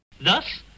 Thus